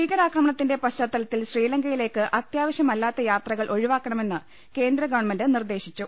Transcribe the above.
ഭീകരാക്രമണത്തിന്റെ പശ്ചാത്തലത്തിൽ ശ്രീലങ്കയിലേക്ക് അത്യാവശ്യമല്ലാത്ത യാത്രകൾ ് ഒഴിവാക്കണമെന്ന് ഇന്ത്യാ ഗവൺമെന്റ് നിർദേശിച്ചു